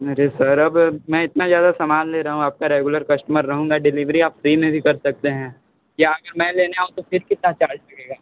अरे सर अब मैं इतना ज़्यादा सामान ले रहा हूँ आपका रेगुलर कस्टमर रहूँगा डेलीवेरी आप फ्री में भी कर सकते हैं या अगर मैं लेने आऊं तो फिर कितना चार्ज लगेगा